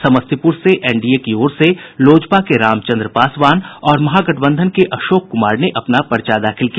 समस्तीपुर से एनडीए की ओर से लोजपा के रामचंद्र पासवान और महागठबंधन के अशोक कुमार ने पर्चा दाखिल किया